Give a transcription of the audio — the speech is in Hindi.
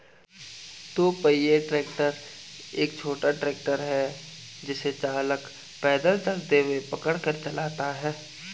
दो पहिया ट्रैक्टर एक छोटा ट्रैक्टर है जिसे चालक पैदल चलते हुए पकड़ कर चलाता है